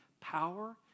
power